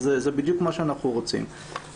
זה בדיוק מה שאנחנו רוצים.